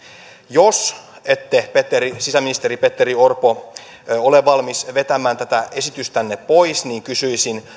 jos ette sisäministeri petteri orpo ole valmis vetämään tätä esitystänne pois niin kysyisin